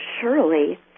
surely